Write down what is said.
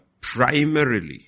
primarily